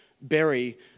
bury